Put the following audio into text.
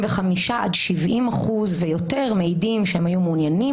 65%-70% יותר מעידים שהם היו מעוניינים